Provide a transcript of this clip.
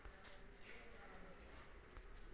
आप प्रेषण का भुगतान कैसे करते हैं?